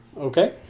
Okay